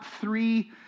three